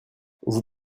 vous